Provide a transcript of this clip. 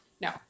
No